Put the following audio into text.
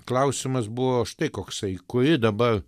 klausimas buvo štai koksai kuri dabar